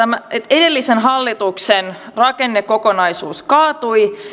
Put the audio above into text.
edellisen hallituksen rakennekokonaisuus kaatui